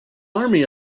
army